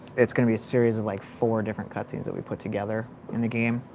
it's going to be a series of like four different cut scenes that we put together in the game.